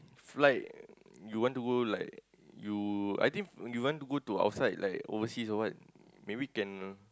if like you want to go like you I think you want to go to outside like overseas or what maybe can